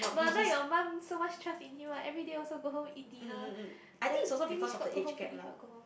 no wonder your mum so much trust in him ah everyday also go home eat dinner then finish work go home finish work go home